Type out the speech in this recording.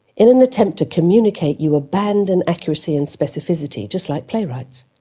in an attempt to communicate you abandoned accuracy and specificity, just like playwrights.